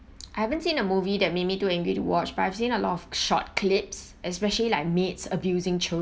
I haven't seen a movie that made me too angry to watch but I've seen a lot of short clips especially like maids abusing children